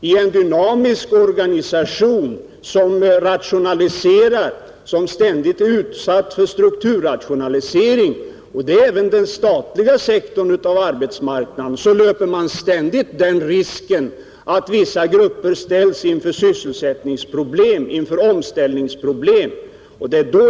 I en dynamisk organisation som ständigt är utsatt för rationalisering och förändring — och det gäller även för den statliga sektorn av arbetsmarknaden — löper man ständigt risken att vissa grupper ställs inför sysselsättningsproblem, inför omställningsproblem.